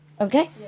Okay